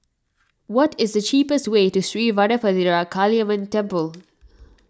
what is the cheapest way to Sri Vadapathira Kaliamman Temple